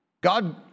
God